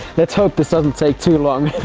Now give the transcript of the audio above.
let's hope this doesn't take too long!